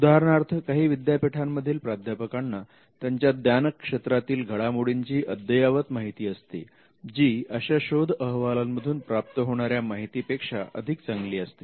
उदाहरणार्थ काही विद्यापीठातील प्राध्यापकांना त्यांच्या ज्ञान क्षेत्रातील घडामोडींची अद्ययावत माहिती असते जी अशा शोध अहवालांमधून प्राप्त होणाऱ्या माहितीपेक्षा अधिक चांगली असते